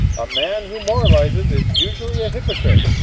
a man who moralises is usually a hypocrite,